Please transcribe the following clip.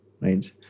Right